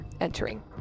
entering